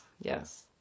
Yes